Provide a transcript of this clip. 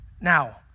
Now